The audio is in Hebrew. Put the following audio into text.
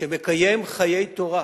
שמקיים חיי תורה,